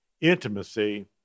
intimacy